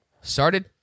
Started